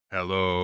Hello